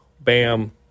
bam